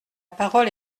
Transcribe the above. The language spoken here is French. parole